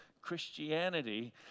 Christianity